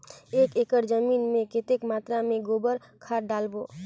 एक एकड़ जमीन मे कतेक मात्रा मे गोबर खाद डालबो?